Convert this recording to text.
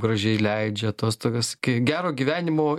gražiai leidžia atostogas kai gero gyvenimo